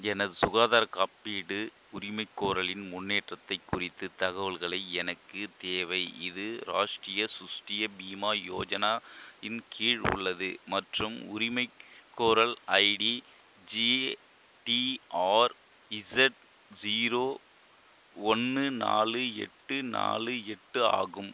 எனது சுகாதார காப்பீடு உரிமைகோரலின் முன்னேற்றத்தை குறித்து தகவல்களை எனக்கு தேவை இது ராஷ்ட்ரிய சுஸ்ட்டிய பீமா யோஜனா இன் கீழ் உள்ளது மற்றும் உரிமைகோரல் ஐடி ஜிடிஆர்இஸட் ஸீரோ ஒன்னு நாலு எட்டு நாலு எட்டு ஆகும்